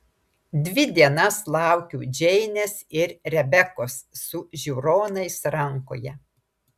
dvi dienas laukiu džeinės ir rebekos su žiūronais rankoje